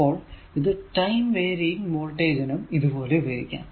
അപ്പോൾ ഇത് time varying voltage നും ഇതുപയോഗിക്കാം